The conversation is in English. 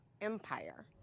empire